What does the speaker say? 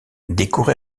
décorer